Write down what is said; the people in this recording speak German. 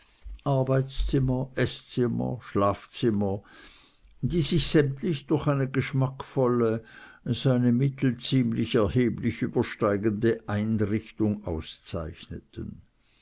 arbeitszimmer eßzimmer schlafzimmer die sich sämtlich durch eine geschmackvolle seine mittel ziemlich erheblich übersteigende einrichtung auszeichneten